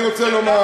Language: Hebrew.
אני רוצה לומר,